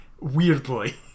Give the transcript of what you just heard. weirdly